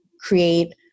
create